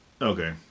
Okay